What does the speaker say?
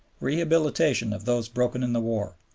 rehabilitation of those broken in the war.